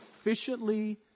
efficiently